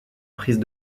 prise